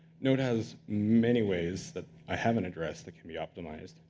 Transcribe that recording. node has many ways that i haven't addressed that can be optimized.